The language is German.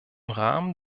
rahmen